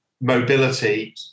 mobility